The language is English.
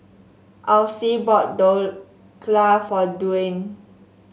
Alcee bought Dhokla for Duane